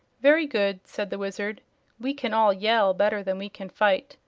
very good, said the wizard we can all yell better than we can fight,